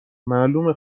معلومه